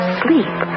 sleep